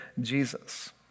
Jesus